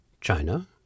China